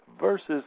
versus